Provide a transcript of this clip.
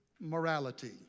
morality